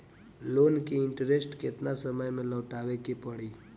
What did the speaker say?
Loan के interest केतना समय में लौटावे के पड़ी?